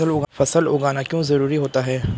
फसल उगाना क्यों जरूरी होता है?